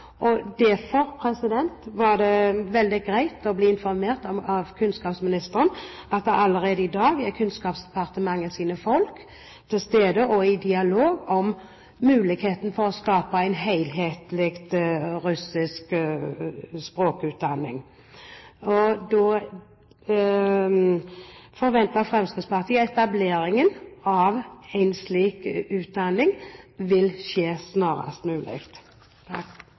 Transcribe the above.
var det veldig greit å bli informert av kunnskapsministeren om at Kunnskapsdepartementets folk allerede i dag er til stede og i dialog om muligheten for å skape en helhetlig russisk språkutdanning. Da forventer Fremskrittspartiet at etablering av en slik utdanning vil skje snarest mulig.